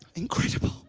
incredible.